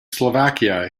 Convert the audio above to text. slovakia